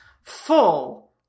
full